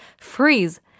freeze